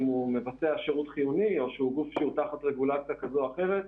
אם הוא מבצע שירות חיוני או שהוא תחת רגולציה כלשהי,